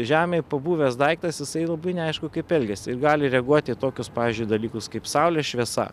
žemėj pabuvęs daiktas jisai labai neaišku kaip elgiasi ir gali reaguot į tokius pavyzdžiui dalykus kaip saulės šviesa